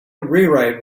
rewrite